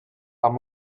amb